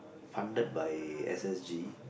funded by S_S_G